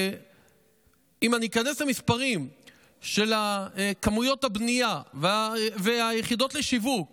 אם איכנס למספרים של כמויות הבנייה והיחידות לשיווק